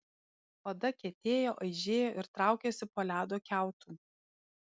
oda kietėjo aižėjo ir traukėsi po ledo kiautu